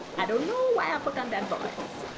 i don't know why i put on that voice.